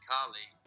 Carly